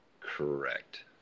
Correct